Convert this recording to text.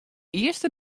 earste